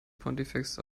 pontifex